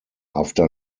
after